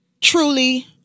truly